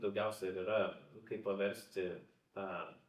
daugiausia ir yra kaip paversti tą